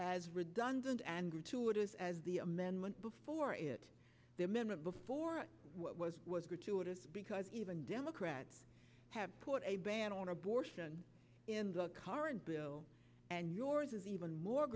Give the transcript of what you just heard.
as redundant and gratuitous as the amendment before it the minute before what was was gratuitous because even democrats have put a ban on abortion in the current bill and yours is even more